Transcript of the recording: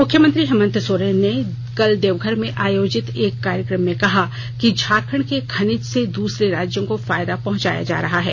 मुख्यमंत्री हेमंत सोरेन ने कल देवघर में आयेजित एक कार्यक्रम में कहा कि झारखंड के खनिज से दूसरे राज्यों को फायदा पहुंचाया जा रहा है